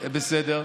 זה בסדר.